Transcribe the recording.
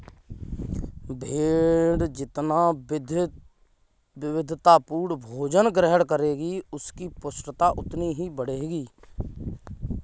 भेंड़ जितना विविधतापूर्ण भोजन ग्रहण करेगी, उसकी पुष्टता उतनी ही बढ़ेगी